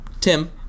Tim